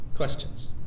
Questions